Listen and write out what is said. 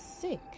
sick